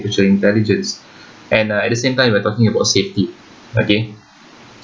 intelligence and uh at the same time we're talking about safety okay